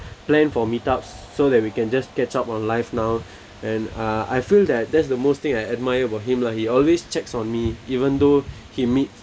plan for meet up so that we can just catch up on life now and uh I feel that that's the most thing I admire about him lah he always checks on me even though he meet